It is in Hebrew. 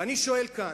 ואני שואל כאן: